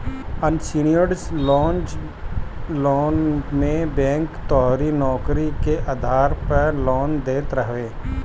unsecured loan मे bank तोहरी नोकरी के आधार पअ लोन देत हवे